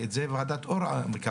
ואת זה ועדת אור קבעה,